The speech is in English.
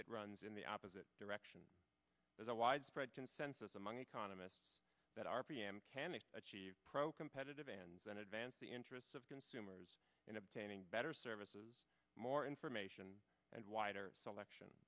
it runs in the opposite direction there's a widespread consensus among economists that rpm can it achieve pro competitive and then advance the interests of consumers in obtaining better services more information and wider selection